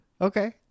Okay